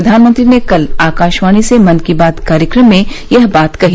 प्रधानमंत्री ने कल आकाशवाणी से मन की बात कार्यक्रम में यह बात कही